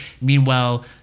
Meanwhile